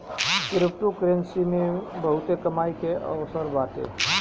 cryptocurrency मे बहुते कमाई के अवसर बाटे